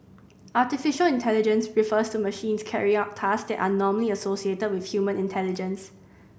artificial intelligence refers to machines carrying out task that are normally associated with human intelligence